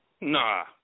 Nah